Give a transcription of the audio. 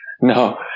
No